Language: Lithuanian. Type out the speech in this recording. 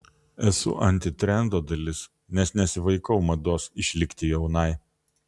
esu antitrendo dalis nes nesivaikau mados išlikti jaunai